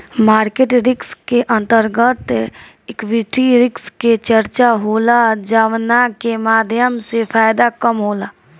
market risk के अंतर्गत equity risk के चर्चा होला जावना के माध्यम से फायदा कम होला